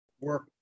work